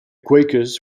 quakers